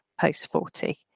post-40